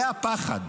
זה הפחד,